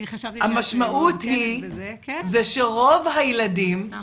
המשמעות היא שרוב הילדים לא